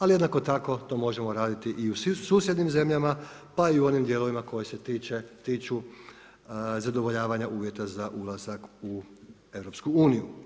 Ali jednako tako to možemo raditi i u susjednim zemljama, pa i u onim dijelovima koji se tiču zadovoljavanja uvjeta za ulazak u EU.